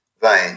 vein